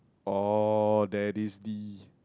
oh that is the